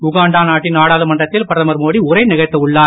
Uganda நாட்டின் நாடாளுமன்றத்தில் பிரதமர் மோடி உரை நிகழ்த்தவுள்ளார்